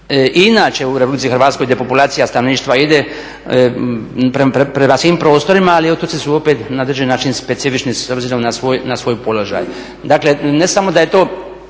inače u RH depopulacija stanovništava ide prema svim prostorima, ali otoci su opet na određeni način specifični s obzirom na svoj položaj. Dakle, ne samo da je to